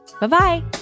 Bye-bye